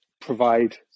provide